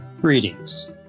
Greetings